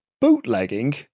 bootlegging